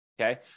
okay